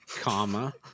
comma